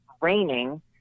raining